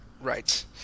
Right